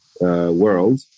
world